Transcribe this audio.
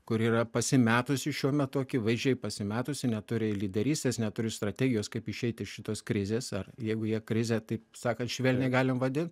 kuri yra pasimetusi šiuo metu akivaizdžiai pasimetusi neturi lyderystės neturi strategijos kaip išeiti iš šitos krizės ar jeigu jie krizę taip sakant švelniai galim vadint